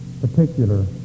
particular